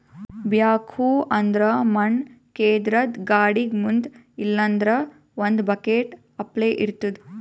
backhoe ಅಂದ್ರ ಮಣ್ಣ್ ಕೇದ್ರದ್ದ್ ಗಾಡಿಗ್ ಮುಂದ್ ಇಲ್ಲಂದ್ರ ಒಂದ್ ಬಕೆಟ್ ಅಪ್ಲೆ ಇರ್ತದ್